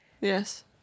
Yes